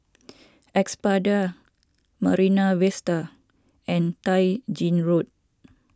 Espada Marine Vista and Tai Gin Road